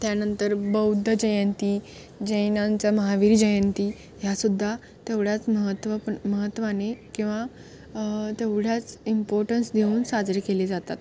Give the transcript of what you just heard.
त्यानंतर बौद्ध जयंती जैनांचा महाविर जयंती ह्या सुद्धा तेवढ्याच महत्त्वपण महत्त्वाने किंवा तेवढ्याच इम्पॉर्टन्स देऊन साजरे केले जातात